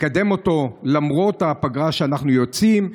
לקדם אותו למרות הפגרה שאנחנו יוצאים אליה,